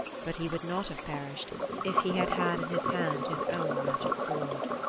but he would not have perished if he had had in his hand his own magic sword.